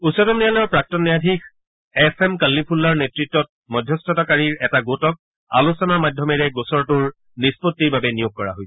উচ্চতম ন্যায়ালয়ৰ প্ৰাক্তন ন্যায়াধীশ এফ এম কল্লিফুল্লাৰ নেতৃত্বত মধ্যস্থতাকাৰীৰ এটা গোটক আলোচনাৰ মাধ্যমেৰে গোচৰটোৰ নিষ্পত্তিৰ বাবে নিয়োগ কৰা হৈছে